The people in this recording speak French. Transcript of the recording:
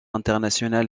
international